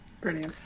Brilliant